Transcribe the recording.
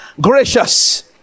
gracious